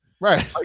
Right